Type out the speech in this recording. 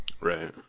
right